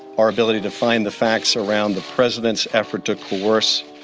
our ability to find the facts around the president's effort to coerce.